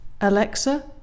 alexa